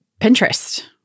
Pinterest